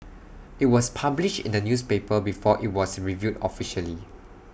IT was published in the newspaper before IT was revealed officially